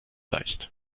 leicht